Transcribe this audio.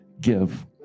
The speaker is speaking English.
give